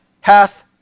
hath